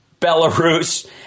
Belarus